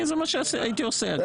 זה מה שהייתי עושה.